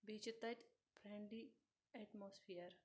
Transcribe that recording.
بیٚیہِ چھِ تَتہِ فریٚنٛڈلی ایٚٹموسفِیر